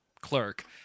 clerk